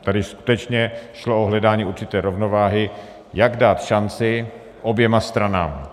Tady skutečně šlo o hledání určité rovnováhy, jak dát šanci oběma stranám.